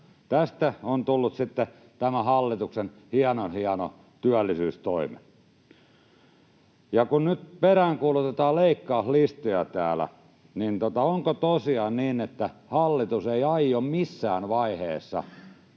Tästä on tullut sitten tämän hallituksen hienon hieno työllisyystoimi. Kun nyt peräänkuulutetaan leikkauslistoja täällä, niin onko tosiaan niin, että hallitus ei aio missään vaiheessa